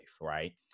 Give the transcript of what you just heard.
right